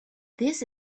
this